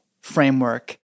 framework